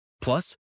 Plus